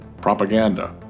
propaganda